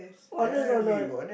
honest or not